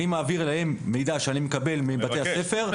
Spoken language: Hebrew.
אני מעביר להם מידע שאני מקבל מבתי הספר.